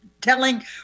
telling